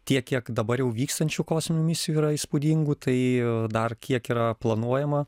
tiek kiek dabar jau vykstančių kosminių misijų yra įspūdingų tai dar kiek yra planuojama